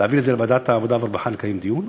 להעביר את זה לוועדת העבודה והרווחה, לקיים דיון.